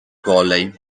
kolej